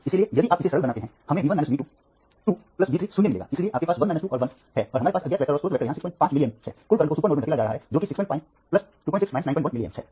इसलिए यदि आप इसे सरल बनाते हैं हमें V 1 2 V2 V 3 0 मिलेगा इसलिए आपके पास 1 2 और 1 है और हमारे पास अज्ञात वेक्टर और स्रोत वेक्टर यहाँ 65 मिलिअम्प्स है कुल करंट को सुपर नोड में धकेला जा रहा है जो कि है 65 26 91 मिलिअम्प्स